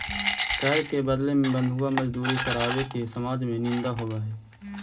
कर के बदले में बंधुआ मजदूरी करावे के समाज में निंदा होवऽ हई